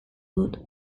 dut